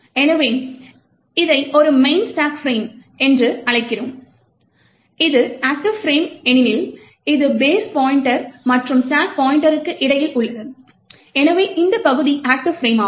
எனவே இதை ஒரு மெயின் ஸ்டேக் ஃபிரேம் என்று அழைக்கிறோம் இது ஆக்ட்டிவ் ஃபிரேம் ஏனெனில் இது பேஸ் பாய்ண்ட்டர் மற்றும் ஸ்டாக் பாய்ண்ட்டர்க்கு இடையில் உள்ளது எனவே இந்த பகுதி ஆக்ட்டிவ் ஃபிரேமாகும்